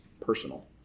personal